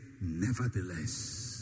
nevertheless